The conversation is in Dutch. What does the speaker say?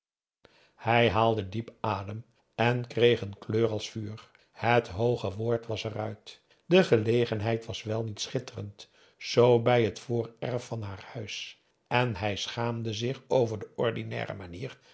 hij haalde diep adem en kreeg een kleur als vuur het hooge woord was eruit de gelegenheid was wel niet schitterend zoo bij het voorerf van haar huis en hij schaamde zich over de ordinaire manier